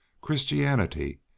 Christianity